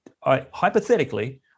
hypothetically